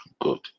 Good